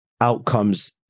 outcomes